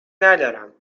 ندارم